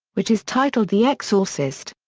which is titled the exorcist.